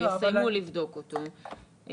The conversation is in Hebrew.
יסיימו לבדוק אותו,